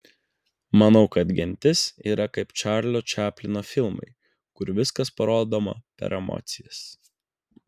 manau kad gentis yra kaip čarlio čaplino filmai kur viskas parodoma per emocijas